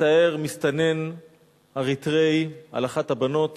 הסתער מסתנן אריתריאי על אחת הבנות